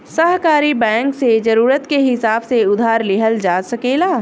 सहकारी बैंक से जरूरत के हिसाब से उधार लिहल जा सकेला